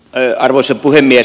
arvoisa puhemies